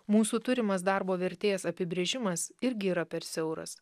mūsų turimas darbo vertės apibrėžimas irgi yra per siauras